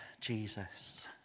Jesus